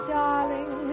darling